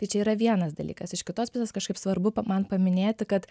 tai čia yra vienas dalykas iš kitos pusės kažkaip svarbu man paminėti kad